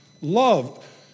Love